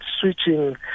switching